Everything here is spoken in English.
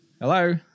Hello